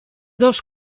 dos